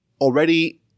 already